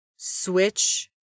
switch